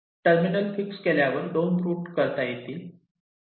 terminal fix केल्यावर 2 route करता येईल